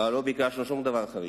אבל לא ביקשנו שום דבר חריג,